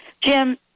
Jim